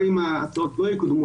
גם אם ההצעות לא יקודמו,